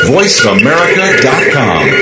VoiceAmerica.com